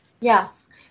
Yes